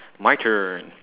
my turn